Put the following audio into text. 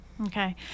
Okay